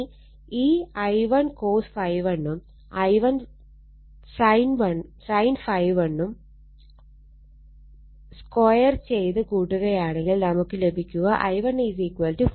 ഇനി ഈ I1 cos ∅1 ഉം I1 sin ∅1 ഉം സ്ക്വയർ ചെയ്ത് കൂട്ടുകയാണെങ്കിൽ നമുക്ക് ലഭിക്കുക I1 43